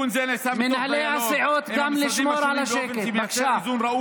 מנהלי הסיעות, גם לשמור על השקט, בבקשה.